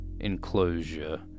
enclosure